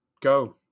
go